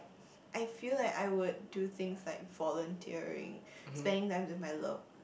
I feel that I would do things like volunteering spending time with my love